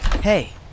Hey